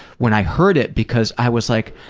when i heard it because i was like,